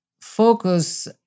focus